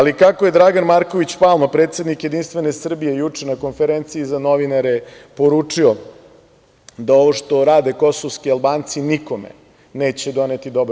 Kako je Dragan Marković Palma, predsednik JS juče na konferenciji za novinare poručio, da ovo što rade kosovski Albanci, nikome neće doneti dobro.